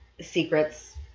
secrets